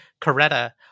Coretta